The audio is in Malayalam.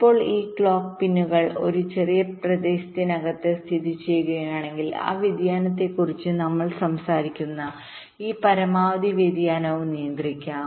ഇപ്പോൾ ഈ ക്ലോക്ക് പിന്നുകൾഒരു ചെറിയ പ്രദേശത്തിനകത്ത് സ്ഥിതിചെയ്യുന്നുണ്ടെങ്കിൽ ആ വ്യതിയാനത്തെക്കുറിച്ച് നമ്മൾ സംസാരിക്കുന്ന ഈ പരമാവധി വ്യതിയാനവും നിയന്ത്രിക്കാനാകും